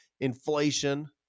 inflation